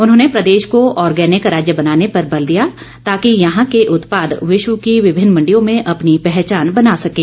उन्होंने प्रदेश को आर्गेनिक राज्य बनाने पर बल दिया ताकि यहां के उत्पाद विश्व की विभिन्न मंडियों में अपनी पहचान बना सकें